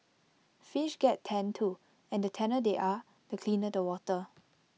fish get tanned too and the tanner they are the cleaner the water